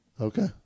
Okay